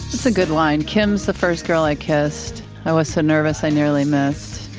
it's a good line. kim's the first girl i kissed. i was so nervous. i nearly missed.